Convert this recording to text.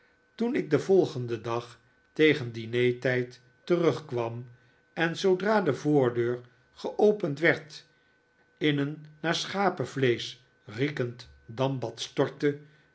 toen ik den volgenden dag tegen dinertijd terugkwam en zoodra de voordeur geopend werd in een naar schapevleesch riekend dampbad stortte